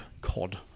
Cod